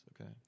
Okay